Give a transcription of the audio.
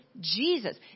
Jesus